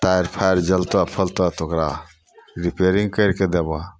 तार फार जलतऽ फलतऽ तऽ ओकरा रिपेयरिन्ग करिके देबऽ